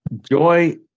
joy